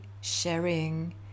sharing